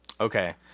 Okay